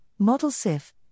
ModelSIF